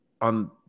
on